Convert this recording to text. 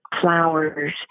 flowers